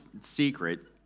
secret